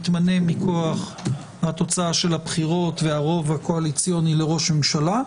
מתמנה מכוח התוצאה של הבחירות והרוב הקואליציוני לראש ממשלה,